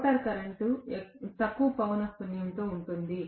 rotor current తక్కువ పౌనః పున్యం లో ఉంటుంది